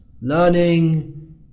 learning